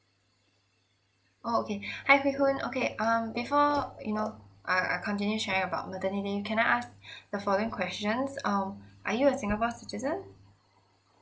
oh okay hi hui hun okay um before you know err I continue sharing about maternity leave can I ask the following questions um are you a singapore citizen